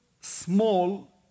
small